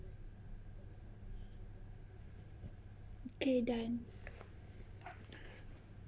okay then mm